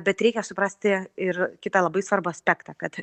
bet reikia suprasti ir kitą labai svarbų aspektą kad